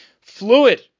fluid